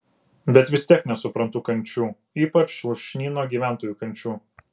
bet vis tiek nesuprantu kančių ypač lūšnyno gyventojų kančių